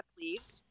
leaves